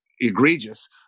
egregious